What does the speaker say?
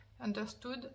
understood